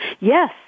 Yes